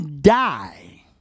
die